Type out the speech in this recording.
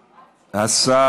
מס'